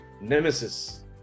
nemesis